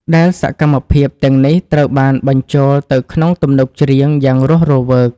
ដែលសកម្មភាពទាំងនេះត្រូវបានបញ្ចូលទៅក្នុងទំនុកច្រៀងយ៉ាងរស់រវើក។